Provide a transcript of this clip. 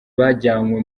bajyanywe